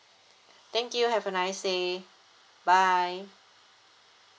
thank you have a nice day bye